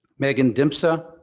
meghan dimsa,